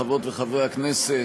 חברות וחברי הכנסת,